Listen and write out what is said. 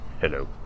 hello